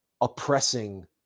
oppressing